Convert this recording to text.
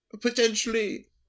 potentially